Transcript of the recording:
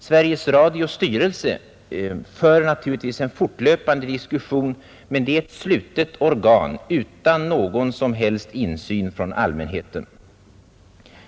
Sveriges Radios styrelse för naturligtvis en fortlöpande diskussion, men det är ett slutet organ utan någon som helst insyn från allmänheten.